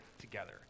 together